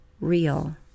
real